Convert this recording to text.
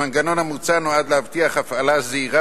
המנגנון המוצע נועד להבטיח הפעלה זהירה